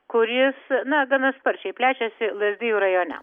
kuris na gana sparčiai plečiasi lazdijų rajone